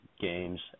games